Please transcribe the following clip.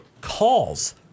calls